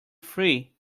free